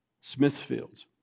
Smithfield's